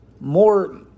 More